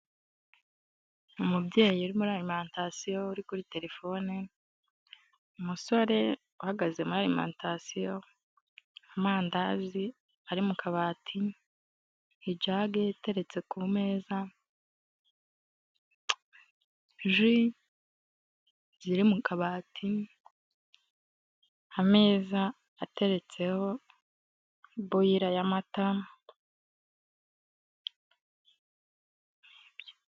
Umubyeyi uri muri arimantasiyo uri kuri telefone, umusore uhagaze muri arimantasiyo, amandazi ari mu kabati, ijage iteretse ku meza, ji ziri mu kabati, ameza ateretseho boyira y'amata